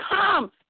come